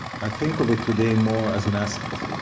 i think of it today more as an asset,